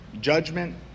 judgment